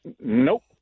Nope